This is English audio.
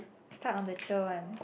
start on the one